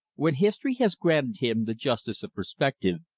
when history has granted him the justice of perspective,